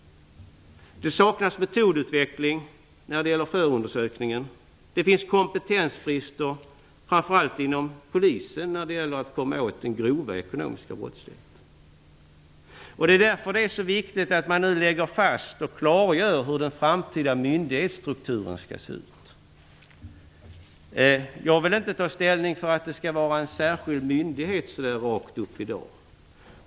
Det saknas metodutveckling när det gäller förundersökning. Det finns kompetensbrister, framför allt inom polisen, när det gäller att komma åt den grova ekonomiska brottsligheten. Det är därför som det är så viktigt att man nu lägger fast och klargör hur den framtida myndighetsstrukturen skall se ut. Jag vill i dag inte klart ta ställning för att det skall inrättas en särskild myndighet i detta sammanhang.